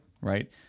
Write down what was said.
right